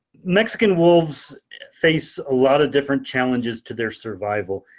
mexican wolves face a lot of different challenges to their survival.